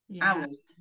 hours